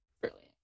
brilliant